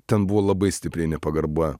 ten buvo labai stipriai nepagarba